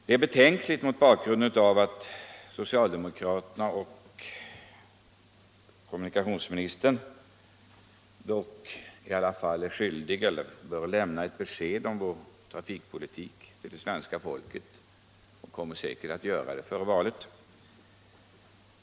Det är betänkligt mot bakgrunden av att socialdemokraterna och kommunikationsministern i alla fall bör lämna ett besked om vår trafikpolitik till det svenska folket — och säkert kommer att göra det — före valet.